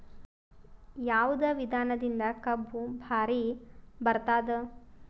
ಯಾವದ ವಿಧಾನದಿಂದ ಕಬ್ಬು ಭಾರಿ ಬರತ್ತಾದ?